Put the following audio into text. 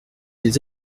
des